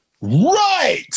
Right